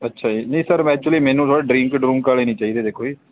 ਅੱਛਾ ਜੀ ਨਹੀਂ ਸਰ ਐਕਚੁਲੀ ਮੈਨੂੰ ਸਰ ਡਰਿੰਕ ਡਰੂੰਕ ਵਾਲੇ ਨਹੀਂ ਚਾਹੀਦੇ ਦੇਖੋ ਜੀ